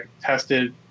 tested